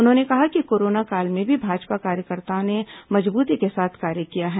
उन्होंने कहा कि कोरोना काल में भी भाजपा कार्यकर्ताओं ने मजबूती के साथ कार्य किया है